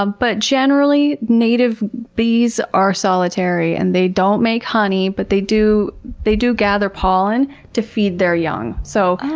ah but generally native bees are solitary and they don't make honey. but they do they do gather pollen to feed their young. so,